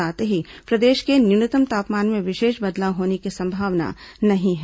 साथ ही प्रदेश के न्यूनतम तापमान में विशेष बदलाव होने की संभावना नहीं है